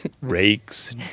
rakes